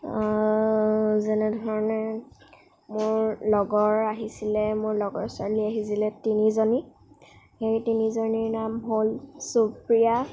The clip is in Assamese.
যেনেধৰণে মোৰ লগৰ আহিছিলে মোৰ লগৰ ছোৱালী আহিছিলে তিনিজনী সেই তিনিজনীৰ নাম হ'ল সুপ্ৰিয়া